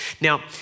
Now